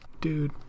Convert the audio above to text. Dude